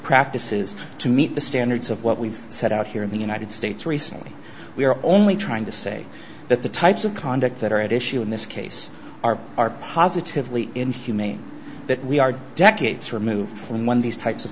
practices to meet the standards of what we've set out here in the united states recently we are only trying to say that the types of conduct that are at issue in this case are are positively inhumane that we are decades removed from one of these types of